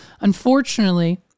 Unfortunately